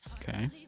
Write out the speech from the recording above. Okay